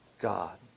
God